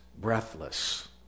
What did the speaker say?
breathless